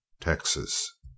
Texas